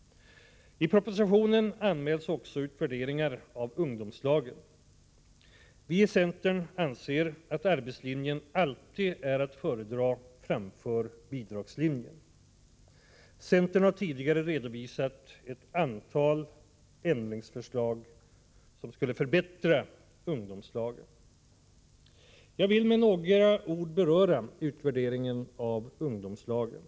I propositionen anmäls också utvärderingar av ungdomslagen. Viicentern anser att arbetslinjen alltid är att föredra framför bidragslinjen. Centern har tidigare redovisat ett antal ändringsförslag, som skulle förbättra ungdomslagen. Jag vill med några ord beröra utvärderingen av ungdomslagen.